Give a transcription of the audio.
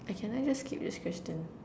I can I just skip this question